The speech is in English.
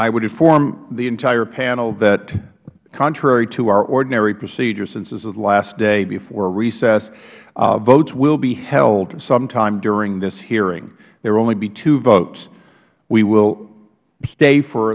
i would inform the entire panel that contrary to our ordinary procedure since this is the last day before recess votes will be held sometime during this hearing there will only be two votes we will stay for